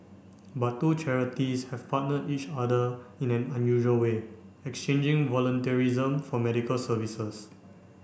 but two charities have partnered each other in an unusual way exchanging volunteerism for medical services